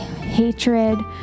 hatred